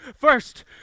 First